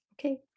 Okay